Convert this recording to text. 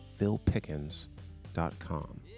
PhilPickens.com